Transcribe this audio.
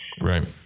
Right